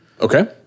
Okay